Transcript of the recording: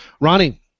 Ronnie